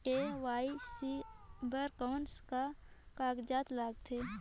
KYC बर कौन का कागजात लगथे?